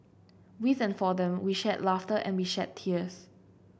with and for them we shared laughter and we shed tears